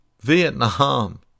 Vietnam